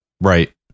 Right